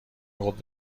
خود